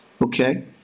Okay